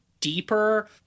deeper